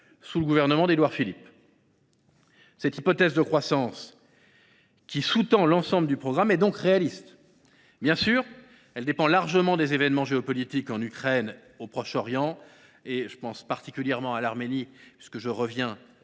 sous le gouvernement d’Édouard Philippe. Cette hypothèse de croissance, qui sous tend l’ensemble du programme, est donc réaliste. Bien entendu, elle dépend largement des événements géopolitiques, en Ukraine, au Proche Orient et particulièrement en Arménie – je reviens